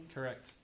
Correct